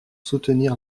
soutenir